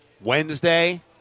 Wednesday